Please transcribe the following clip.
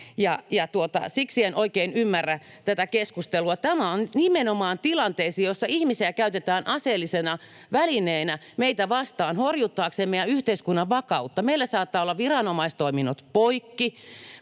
siksi en oikein ymmärrä tätä keskustelua. Tämä on nimenomaan tilanteisiin, joissa ihmisiä käytetään aseellisena välineenä meitä vastaan horjuttaakseen meidän yhteiskunnan vakautta. Meillä saattaa olla viranomaistoiminnot poikki,